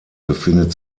befindet